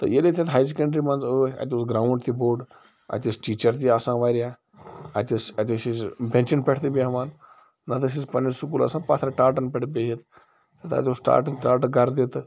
تہٕ ییٚلہِ أسۍ تَتھ ہایر سیٚکنٛڈرٛی منٛز ٲسۍ اَتہِ اوس گرٛاوُنٛڈ تہِ بوٚڑ اَتہِ ٲسۍ ٹیٖچَر تہِ آسان واریاہ اَتہِ ٲسۍ اَتہِ ٲسۍ أسۍ بیٚنٛچَن پٮ۪ٹھ تہِ بیٚہوان نَہ تہٕ ٲسۍ أسۍ پننہِ سکوٗل آسان پَتھَر ٹاٹھن پٮ۪ٹھ بیِہتھ تہٕ تَتہِ اوس ٹاٹھن ٹاٹہٕ گَردٕ تہٕ